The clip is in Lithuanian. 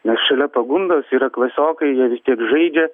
nes šalia pagundos yra klasiokai jie vis tiek žaidžia